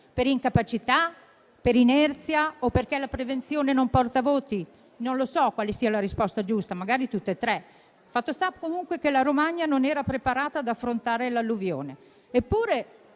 per incapacità, per inerzia o perché la prevenzione non porta voti. Non so quale sia la risposta giusta, magari tutte e tre. Fatto sta, comunque, che la Romagna non era preparata ad affrontare l'alluvione.